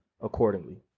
accordingly